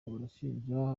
barashinja